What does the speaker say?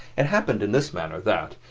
it happened in this manner that,